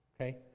Okay